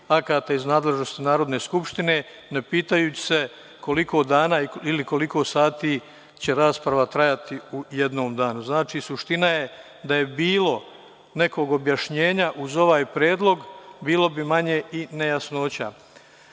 akata iz nadležnosti Narodne skupštine, ne pitajući se koliko dana ili koliko sati će rasprava trajati u jednom danu. Znači, suština je da je bilo nekog objašnjenja uz ovaj predlog, bilo bi manje i nejasnoća.